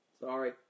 Sorry